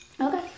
okay